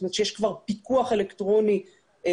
זאת אומרת שיש כבר פיקוח אלקטרוני כולל,